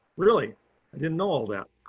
really. i didn't know all that.